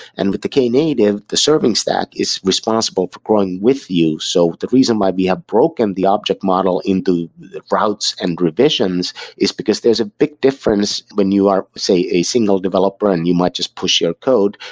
and with the knative, the serving stack, is responsible for growing with you. so the reason why we have broken the object model into routes and revisions is because there's a big difference when you are, say, a single developer and you might just push your code.